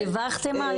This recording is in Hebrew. דיווחתם על